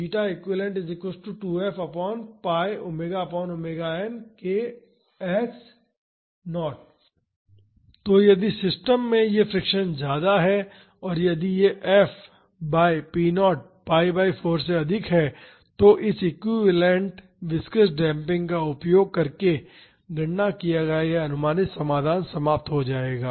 𝐸𝐹 𝜉eq 𝜉eq तो यदि सिस्टम में यह फ्रिक्शन ज्यादा है और यदि यह F by p0 pi by 4 से अधिक है तो इस एक्विवैलेन्ट विस्कॉस डेम्पिंग का उपयोग करके गणना किया गया यह अनुमानित समाधान समाप्त हो जाएगा